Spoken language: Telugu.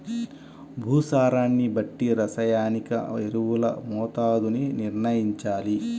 భూసారాన్ని బట్టి రసాయనిక ఎరువుల మోతాదుని నిర్ణయంచాలి